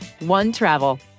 OneTravel